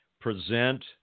present